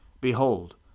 Behold